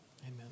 Amen